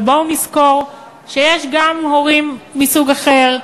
אבל בואו נזכור שיש גם הורים מסוג אחר,